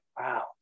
wow